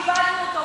אנחנו כיבדנו אותו,